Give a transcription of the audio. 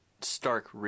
stark